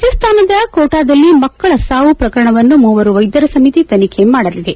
ರಾಜಸ್ತಾನದ ಕೋಟಾದಲ್ಲಿ ಮಕ್ಕಳ ಸಾವು ಪ್ರಕರಣವನ್ನು ಮೂವರು ವೈದ್ಯರ ಸಮಿತಿ ತನಿಖೆ ಮಾಡಲಿದೆ